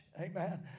amen